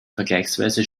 vergleichsweise